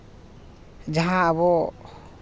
ᱡᱟᱦᱟᱸ ᱟᱵᱚ